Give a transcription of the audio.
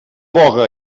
boga